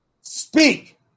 speak